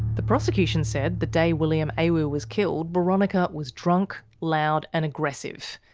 the prosecution said the day william awu was killed, boronika was drunk, loud and aggressive.